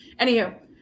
Anywho